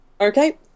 Okay